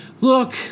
Look